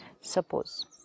Suppose